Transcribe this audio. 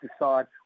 decide